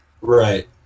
Right